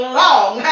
long